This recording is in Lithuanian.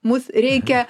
mus reikia